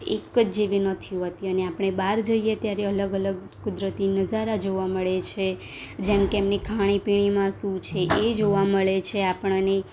એક જ જેવી નથી હોતી અને આપણે બહાર જઈએ ત્યારે અલગ અલગ કુદરતી નઝારા જોવા મળે છે જેમ કે એમની ખાણી પીણીમાં શું છે એ જોવા મળે છે આપણને